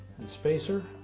and spacer,